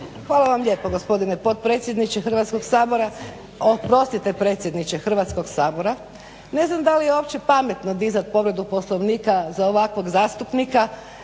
Hvala vam lijepo gospodine potpredsjedniče Hrvatskog sabora. Oprostite predsjedniče Hrvatskog sabora ne znam da li je uopće pametno dizati povredu Poslovnika za ovakvog zastupnika